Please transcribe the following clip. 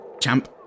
Champ